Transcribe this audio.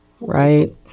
Right